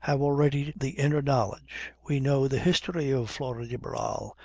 have already the inner knowledge. we know the history of flora de barral.